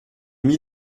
mis